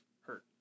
hurt